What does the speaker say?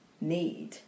need